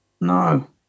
no